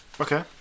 okay